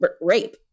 rape